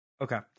Okay